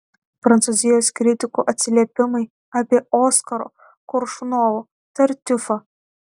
prancūzijos kritikų atsiliepimai apie oskaro koršunovo tartiufą